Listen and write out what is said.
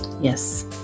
Yes